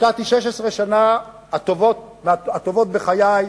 השקעתי 16 שנה, הטובות בחיי,